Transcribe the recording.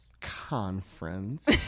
Conference